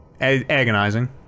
Agonizing